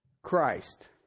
Christ